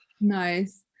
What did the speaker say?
Nice